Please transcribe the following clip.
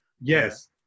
Yes